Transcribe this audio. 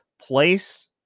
place